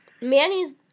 Manny's